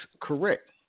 correct